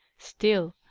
still,